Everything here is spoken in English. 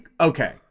okay